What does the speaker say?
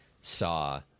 saw